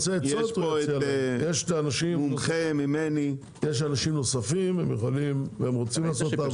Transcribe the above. יש אנשים נוספים שרוצים ויכולים לעשות את העבודה.